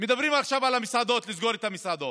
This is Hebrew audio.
מדברים עכשיו על המסעדות, לסגור את המסעדות,